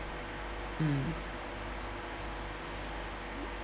mm